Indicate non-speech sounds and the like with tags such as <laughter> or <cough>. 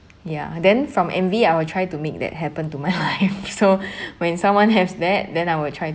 ya then from envy I will try to make that happen to my life <laughs> so <breath> when someone has that then I will try